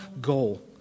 goal